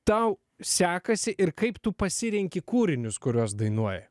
tau sekasi ir kaip tu pasirenki kūrinius kuriuos dainuoji